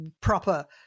proper